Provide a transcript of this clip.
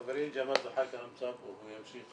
חברי ג'מאל זחאלקה נמצא פה והוא ימשיך.